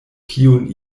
kiun